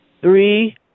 three